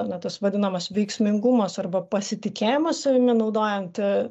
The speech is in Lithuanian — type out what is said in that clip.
na tas vadinamas veiksmingumas arba pasitikėjimas savimi naudojant